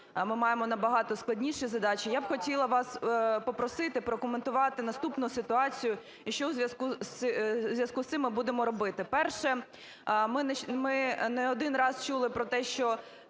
Ми маємо набагато складніші задачі. Я б хотіла вас попросити прокоментувати наступну ситуацію і що у зв'язку з цим ми будемо робити. Перше. Ми не один раз чули про те, що